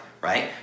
right